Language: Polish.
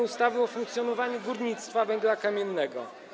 ustawy o funkcjonowaniu górnictwa węgla kamiennego.